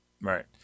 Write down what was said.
Right